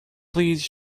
please